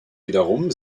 wiederum